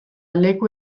leku